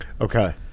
Okay